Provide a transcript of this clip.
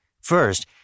First